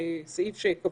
בסעיף 3(א) להצעת החוק,